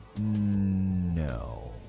no